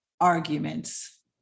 arguments